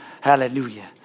Hallelujah